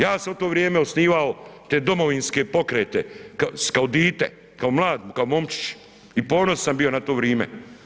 Ja sam u to vrijeme osnivao te domovinske pokrete kao dite, kao mlad, kao momčić i ponosan bio na to vrime.